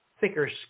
thicker